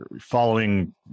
following